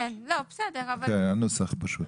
זה עניין של נוסח.